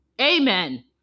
Amen